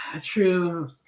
true